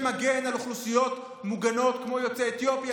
שמגן על אוכלוסיות מוגנות כמו יוצאי אתיופיה,